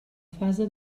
fase